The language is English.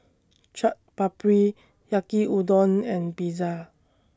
Chaat Papri Yaki Udon and Pizza